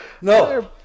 No